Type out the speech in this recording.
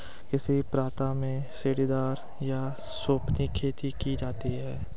किस प्रांत में सीढ़ीदार या सोपानी खेती की जाती है?